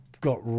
got